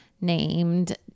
named